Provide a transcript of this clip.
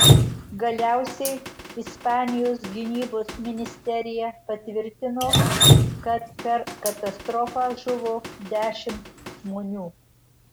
galiausiai ispanijos gynybos ministerija patvirtino kad per katastrofą žuvo dešimt žmonių